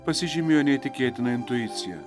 pasižymėjo neįtikėtina intuicija